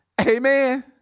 Amen